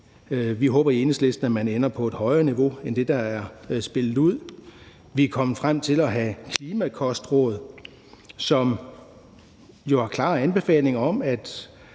Vi håber i Enhedslisten, at man ender på et højere niveau end det, der er spillet ud. Vi er kommet frem til at have klimakostråd, som jo er klare anbefalinger af, at